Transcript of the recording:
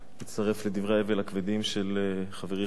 אני מצטרף לדברי האבל הכבדים של חברי חבר